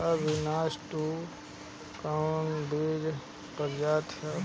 Avinash two कवने बीज क प्रजाति ह?